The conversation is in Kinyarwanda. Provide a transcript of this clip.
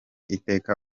iteka